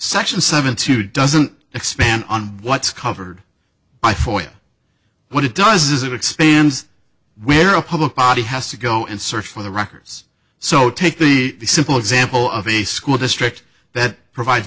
section seven two doesn't expand on what's covered by foil what it does is it expands where a public body has to go and search for the records so take the simple example of a school district that provide